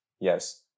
yes